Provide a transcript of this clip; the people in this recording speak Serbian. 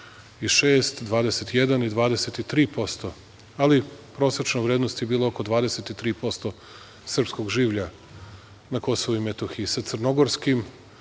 26, 21 i 23%, ali prosečna vrednost je bila oko 23% srpskog življa na Kosovu i Metohiji. Sa crnogorskim,